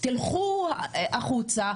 כשתלכו מכאן החוצה,